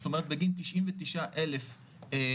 זאת אומרת בגין תשעים ותשעה אלף עובדים,